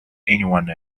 anyone